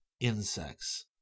insects